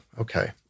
okay